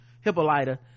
hippolyta